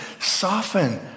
soften